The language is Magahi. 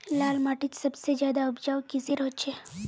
लाल माटित सबसे ज्यादा उपजाऊ किसेर होचए?